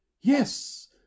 Yes